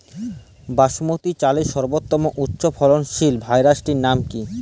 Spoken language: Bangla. বাসমতী চালের সর্বোত্তম উচ্চ ফলনশীল ভ্যারাইটির নাম কি?